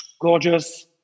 gorgeous